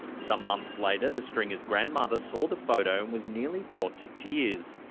some months later, the stringer's grandmother saw the photo and was nearly brought to tears.